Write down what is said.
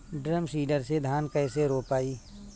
Drum seeder से धान कैसे रोपाई?